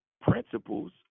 principles